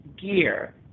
gear